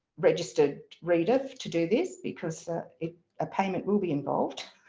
registered reader, to do this because a payment will be involve